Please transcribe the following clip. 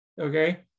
okay